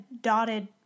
dotted